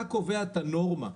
אתה קובע את הנורמה.